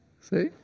See